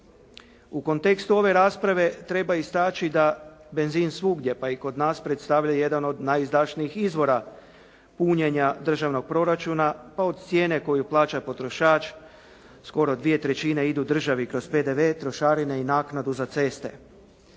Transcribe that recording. U kontekstu ove rasprave treba istaći da benzin svugdje pa i kod nas predstavlja jedan od najizdašnijih izvora punjenja državnog proračuna pa od cijene koju plaća potrošač skoro dvije trećine idu državi kroz PDV, trošarine i naknadu za ceste.